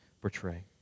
portray